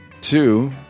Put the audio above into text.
two